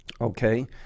okay